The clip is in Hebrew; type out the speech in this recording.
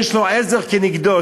יש לו עזר כנגדו,